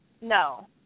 no